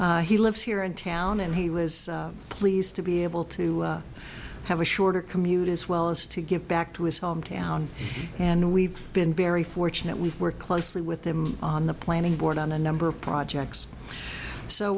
here he lives here in town and he was pleased to be able to have a shorter commute as well as to give back to his hometown and we've been very fortunate we've worked closely with them on the planning board on a number of projects so